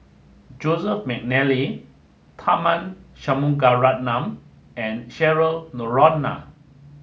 Joseph Mcnally Tharman Shanmugaratnam and Cheryl Noronha